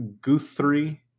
Guthrie